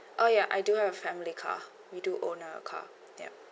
oh ya I do have family car we do own a car yup